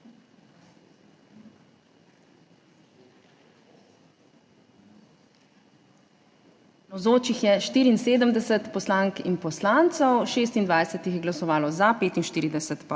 Navzočih je 74 poslank in poslancev, 26 jih je glasovalo za, 45 pa